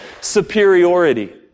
superiority